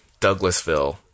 Douglasville